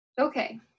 Okay